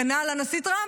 כנ"ל הנשיא טראמפ.